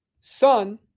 son